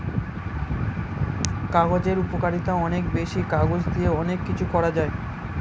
কাগজের উপকারিতা অনেক বেশি, কাগজ দিয়ে অনেক কিছু করা যায়